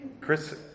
Chris